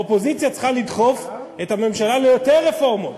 האופוזיציה צריכה לדחוף את הממשלה ליותר רפורמות,